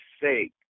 sake